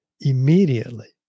immediately